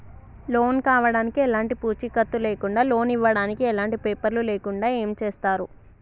Loan కావడానికి ఎలాంటి పూచీకత్తు లేకుండా లోన్ ఇవ్వడానికి ఎలాంటి పేపర్లు లేకుండా ఏం చేస్తారు?